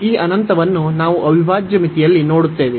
ಈ ಅನಂತವನ್ನು ನಾವು ಅವಿಭಾಜ್ಯ ಮಿತಿಯಲ್ಲಿ ನೋಡುತ್ತೇವೆ